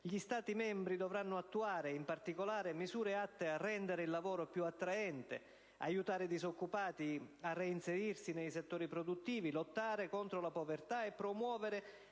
gli Stati membri dovranno attuare, in particolare, misure atte a rendere il lavoro più attraente; aiutare i disoccupati a reinserirsi nei settori produttivi; lottare contro la povertà e promuovere